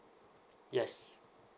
yes